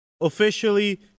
officially